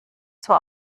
zur